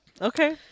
okay